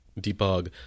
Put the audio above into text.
debug